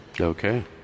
Okay